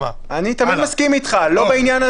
אנחנו מחכים פה, אנחנו לא הולכים לשום מקום.